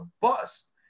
bust